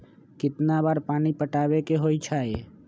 कितना बार पानी पटावे के होई छाई?